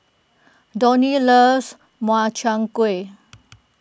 Donny loves Makchang Gui